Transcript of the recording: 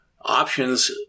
Options